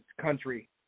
country